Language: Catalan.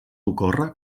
ocórrer